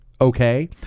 okay